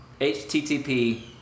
HTTP